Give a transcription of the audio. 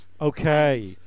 Okay